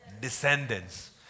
descendants